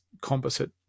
composite